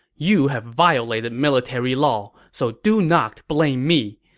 you have violated military law, so do not blame me.